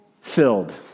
filled